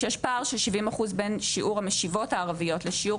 כשיש פער של 70% בין שיעור המשיבות הערביות לשיעור